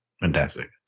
fantastic